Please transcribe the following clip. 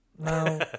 no